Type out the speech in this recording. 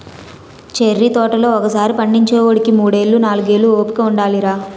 cherry తోటలు ఒకసారి పండించేవోడికి మూడేళ్ళు, నాలుగేళ్ళు ఓపిక ఉండాలిరా